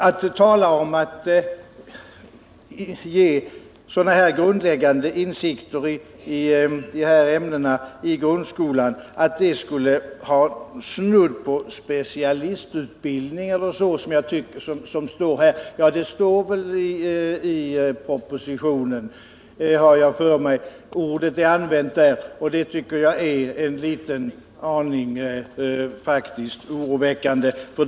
Att tala om att det skulle vara snudd på specialistutbildning att ge grundläggande insikter i dessa ämnen, som det antyds i propositionen, tycker jag är en liten aning oroväckande.